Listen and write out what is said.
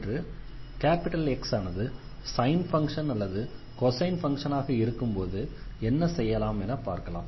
இன்று X ஆனது sine function அல்லது கொசைன் ஃபங்ஷன் ஆக இருக்கும்போது என்ன செய்யலாம் என பார்க்கலாம்